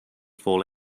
fall